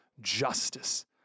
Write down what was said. justice